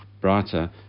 brighter